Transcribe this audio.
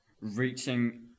reaching